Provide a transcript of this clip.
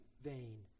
vain